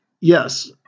yes